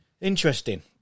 Interesting